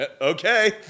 Okay